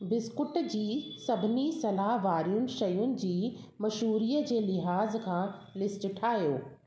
biscuit जी सभिनी सलाहु वारियुनि शयुनि जी मशहूरीअ जे लिहाज़ खां लिस्ट ठाहियो